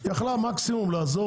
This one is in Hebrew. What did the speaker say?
היא יכלה מקסימום לעזור